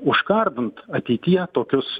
užkardant ateityje tokius